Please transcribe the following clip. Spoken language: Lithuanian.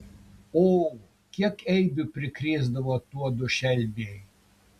o kiek eibių prikrėsdavo tuodu šelmiai